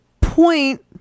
point